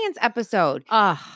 episode